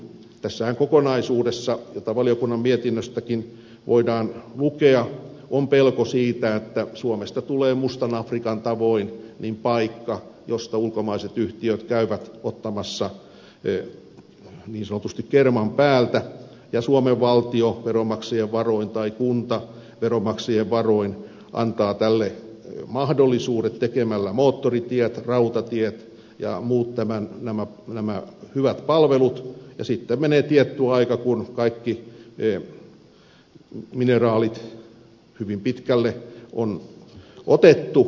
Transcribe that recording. tässähän kokonaisuudessa joka valiokunnan mietinnöstäkin voidaan lukea on pelko siitä että suomesta tulee mustan afrikan tavoin paikka josta ulkomaiset yhtiöt käyvät ottamassa niin sanotusti kerman päältä ja suomen valtio veronmaksajien varoin tai kunta veronmaksajien varoin antaa tälle mahdollisuudet tekemällä moottoritiet rautatiet ja muut hyvät palvelut ja sitten menee tietty aika kun kaikki mineraalit hyvin pitkälle on otettu